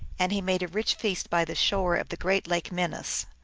and he made a rich feast by the shore of the great lake minas.